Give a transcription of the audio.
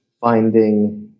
finding